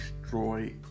destroy